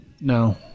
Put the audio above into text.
No